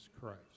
Christ